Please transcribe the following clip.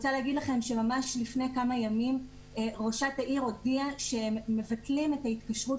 ממש לפני כמה ימים ראש העיר הודיעה שהם מבטלים את ההתקשרות